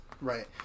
Right